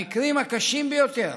המקרים הקשים ביותר